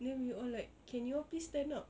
then we all like can you all please stand up